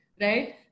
Right